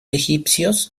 egipcios